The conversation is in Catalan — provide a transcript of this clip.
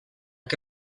que